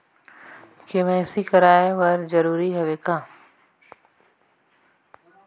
KYC कराय बर जरूरी हवे का?